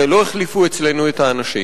הרי לא החליפו אצלנו את האנשים.